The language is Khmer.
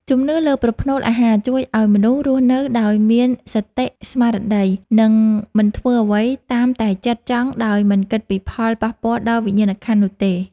ជំនឿលើប្រផ្នូលអាហារជួយឱ្យមនុស្សរស់នៅដោយមានសតិស្មារតី និង មិនធ្វើអ្វីតាមតែចិត្តចង់ដោយមិនគិតពីផលប៉ះពាល់ដល់វិញ្ញាណក្ខន្ធនោះទេ។